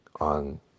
on